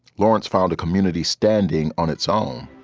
lawrence found a community standing on its own,